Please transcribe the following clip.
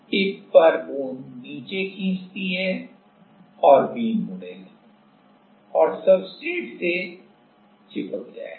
tip पर बूंद नीचे खींचती है और बीम मुडेगा और सब्सट्रेट से चिपक जाएंगा